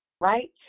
right